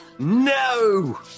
No